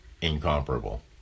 incomparable